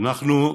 אנחנו,